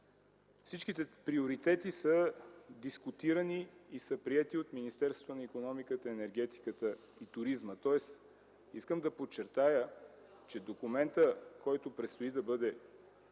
Всичките приоритети са дискутирани и са приети от Министерството на икономиката, енергетиката и туризма. Искам да подчертая, че документът, който предстои да бъде